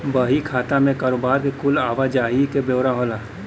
बही खाता मे कारोबार के कुल आवा जाही के ब्योरा होला